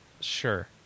Sure